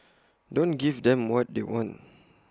don't give them what they want